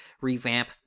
revamp